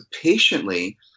patiently